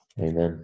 amen